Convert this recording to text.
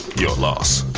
your loss.